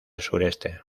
sureste